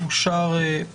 הצבעה בעד פה אחד אושר.